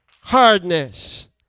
hardness